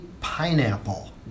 Pineapple